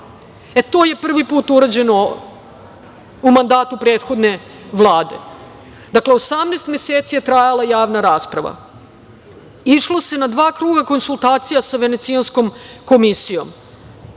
To je prvi put urađeno u mandatu prethodne vlade. Dakle, 18 meseci, je trajala javna rasprava, išlo se na dva kruga konsultacija sa Venecijanskom komisijom,